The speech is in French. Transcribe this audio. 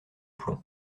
plomb